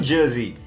Jersey